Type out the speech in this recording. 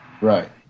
Right